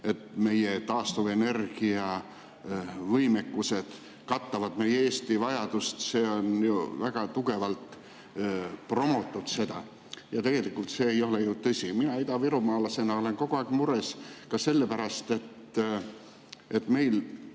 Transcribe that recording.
et meie taastuvenergia võimekused katavad Eesti vajadust. Seda on ju väga tugevalt promotud, aga tegelikult see ei ole ju tõsi. Mina idavirumaalasena olen kogu aeg mures ka selle pärast, et meil